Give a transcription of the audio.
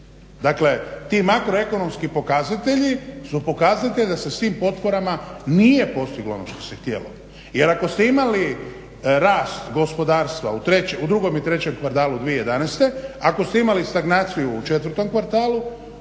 Dakle ti makroekonomski pokazatelji su pokazatelji da se s tim potporama nije postiglo ono što se htjelo jer ako ste imali rast gospodarstva u drugom i trećem kvartalu 2011., ako ste imali stagnaciju u četvrtom kvartalu,